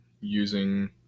using